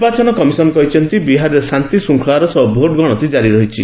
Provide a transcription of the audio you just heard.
ନିର୍ବାଚନ କମିଶନ୍ କହିଛନ୍ତି ବିହାରରେ ଶାନ୍ତିଶୃଙ୍ଖଳାର ସହ ଭୋଟ ଗଣତି କାରି ରହିଛି